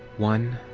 one.